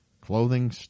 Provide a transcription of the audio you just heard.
Clothing